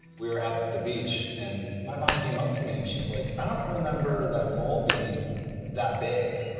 we were at the beach, and my mom came up to me and she's like i don't remember that mole being that big.